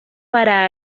para